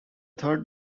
third